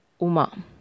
Uma